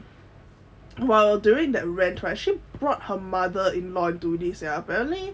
while during that rant she brought her mother-in-law into this sia apparently